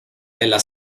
della